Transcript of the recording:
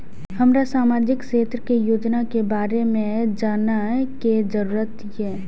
हमरा सामाजिक क्षेत्र के योजना के बारे में जानय के जरुरत ये?